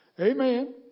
Amen